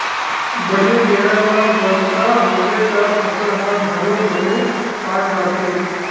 बने बेरा म बरसा होगे त फसल ह घलोक बने पाक जाथे